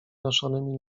noszonymi